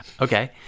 Okay